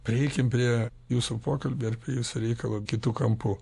prieikim prie jūsų pokalbį apie jūsų reikalą kitu kampu